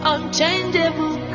Unchangeable